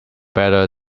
better